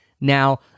now